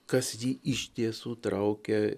kas jį iš tiesų traukia